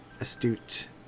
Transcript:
astute